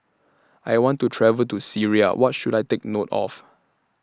I want to travel to Syria What should I Take note of